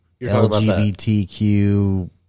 LGBTQ